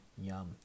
Yum